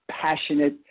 passionate